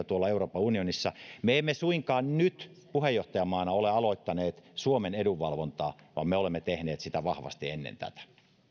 tuolla euroopan unionissa me emme suinkaan nyt puheenjohtajamaana ole aloittaneet suomen edunvalvontaa vaan me olemme tehneet sitä vahvasti ennen tätä